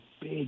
big